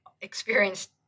experienced